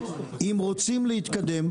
אם רוצים להתקדם,